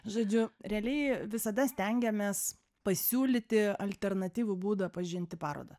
žodžiu realiai visada stengiamės pasiūlyti alternatyvų būdą pažinti parodą